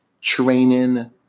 training